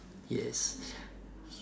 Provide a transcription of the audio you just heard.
yes